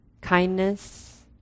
kindness